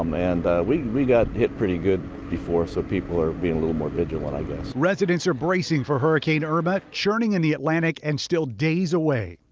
um and we we got hit pretty good before, so people are being a little more vigilant. ben residents are bracing for hurricane irma churning in the atlantic and still days away.